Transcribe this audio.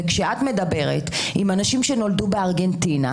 וכשאת מדברת עם אנשים שנולדו בארגנטינה,